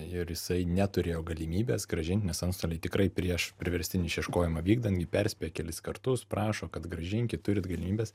ir jisai neturėjo galimybės grąžint nes antstoliai tikrai prieš priverstinį išieškojimą vykdant jį perspėja kelis kartus prašo kad grąžinkit turite galimybes